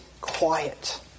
quiet